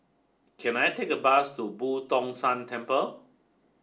can I take a bus to Boo Tong San Temple